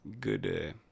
good